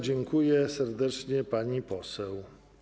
Dziękuję serdecznie, pani poseł.